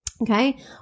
Okay